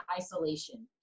isolation